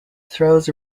throws